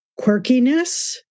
quirkiness